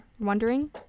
Wondering